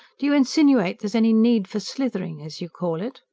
do you insinuate there's any need for slithering. as you call it?